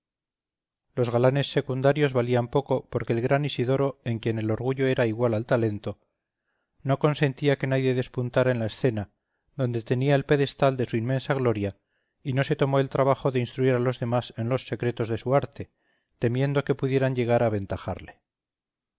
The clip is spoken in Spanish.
los galanes secundarios valían poco porque el gran isidoro en quien el orgullo era igual al talento no consentía que nadie despuntara en la escena donde tenía el pedestal de su inmensa gloria y no se tomó el trabajo de instruir a los demás en los secretos de su arte temiendo que pudieran llegar a aventajarle